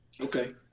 Okay